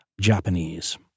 japanese